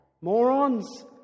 Morons